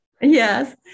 Yes